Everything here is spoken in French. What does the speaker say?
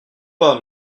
pas